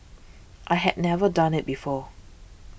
I had never done it before